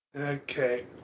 Okay